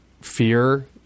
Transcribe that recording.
fear